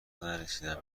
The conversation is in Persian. نرسیدم